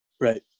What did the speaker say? right